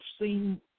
seen